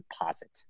deposit